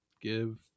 give